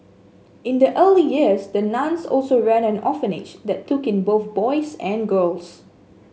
in the early years the nuns also ran an orphanage that took in both boys and girls